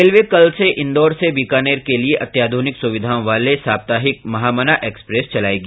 railway कल से इन्दौर से बीकानेर के लिये अत्याधुनिक सुविधाओं वाले साप्ताहिक महामना एक्सप्रेस चलायेगी